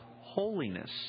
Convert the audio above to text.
holiness